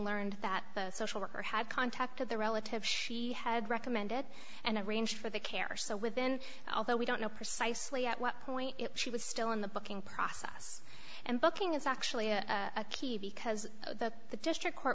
learned that the social worker had contacted the relative she had recommended and arranged for the care so within although we don't know precisely at what point she was still in the booking process and booking is actually a key because the district court